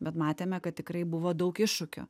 bet matėme kad tikrai buvo daug iššūkių